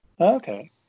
Okay